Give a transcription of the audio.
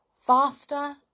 faster